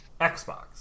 xbox